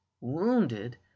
wounded